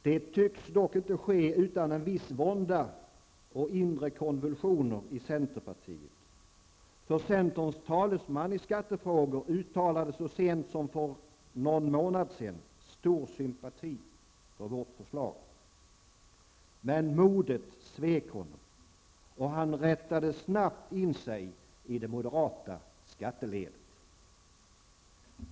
Detta tycks dock inte ske utan viss vånda och inre konvulsioner i centern, för centerns talesman i skattefrågor uttalade så sent som för någon månad sedan stor sympati för vårt förslag. Men modet svek honom och han rättade snabbt in sig i det moderata skatteledet.